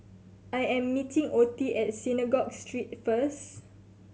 I am meeting Ottie at Synagogue Street first